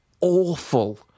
awful